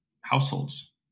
households